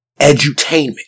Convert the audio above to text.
edutainment